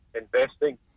investing